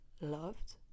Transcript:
loved